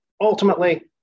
ultimately